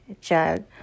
child